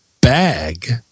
bag